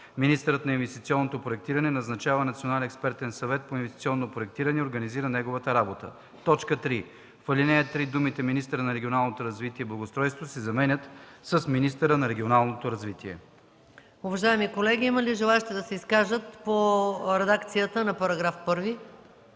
Министърът на инвестиционното проектиране назначава Национален експертен съвет по инвестиционно проектиране и организира неговата работа.“ 3. В ал. 3 думите „Министърът на регионалното развитие и благоустройството“ се заменят с „Министърът на регионалното развитие“.” ПРЕДСЕДАТЕЛ МАЯ МАНОЛОВА: Уважаеми колеги, има ли желаещи да се изкажат по редакцията на § 1?